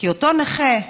כי אותו נכה,